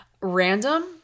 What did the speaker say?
random